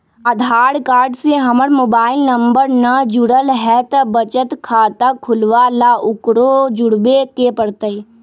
आधार card से हमर mobile number न जुरल है त बचत खाता खुलवा ला उकरो जुड़बे के पड़तई?